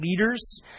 leaders